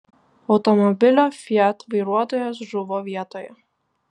automobilio fiat vairuotojas žuvo vietoje